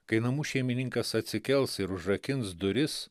kai namų šeimininkas atsikels ir užrakins duris